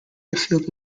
airfield